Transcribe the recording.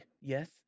Yes